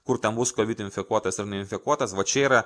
kur ten bus kovid infekuotas ar ne infekuotas va čia yra